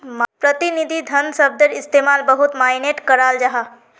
प्रतिनिधि धन शब्दर इस्तेमाल बहुत माय्नेट कराल जाहा